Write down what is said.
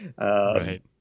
Right